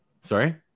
Sorry